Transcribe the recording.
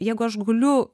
jeigu aš guliu